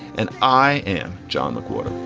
and i am john mcwhorter